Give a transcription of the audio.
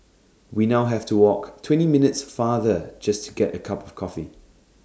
we now have to walk twenty minutes farther just to get A cup of coffee